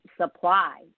supply